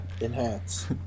enhance